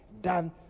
done